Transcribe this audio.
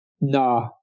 Nah